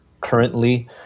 currently